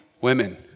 women